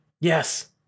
Yes